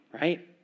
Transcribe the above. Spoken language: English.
right